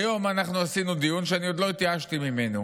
היום עשינו דיון, שאני עוד לא התייאשתי ממנו,